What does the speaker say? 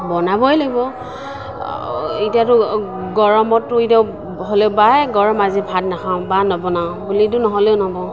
বনাবই লাগিব এতিয়াটো গৰমতটো এতিয়া হ'লে বা গৰম আজি ভাত নাখাওঁ বা নবনাওঁ বুলিতো নহ'লে নহ'ব